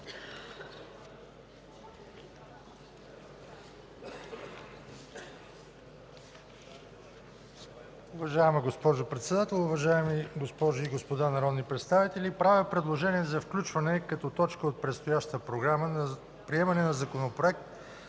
Уважаема госпожо Председател, уважаеми госпожи и господа народни представители! Правя предложение за включване като точка от предстоящата програма на приемане на Законопроект